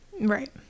Right